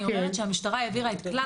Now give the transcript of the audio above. אני אומרת שהמשטרה העבירה את זה.